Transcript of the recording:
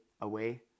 away